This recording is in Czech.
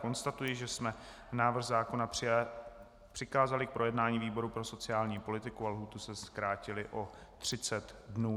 Konstatuji, že jsme návrh zákona přikázali k projednání výboru pro sociální politiku a lhůtu jsme zkrátili o 30 dní.